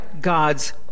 God's